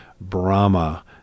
Brahma